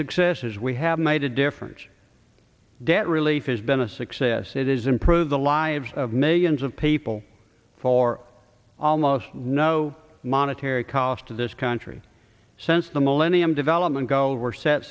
successes we have made a difference debt relief has been a success it is improve the lives of millions of people for almost no monetary cost to this country since the millennium development goals were set